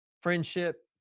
friendship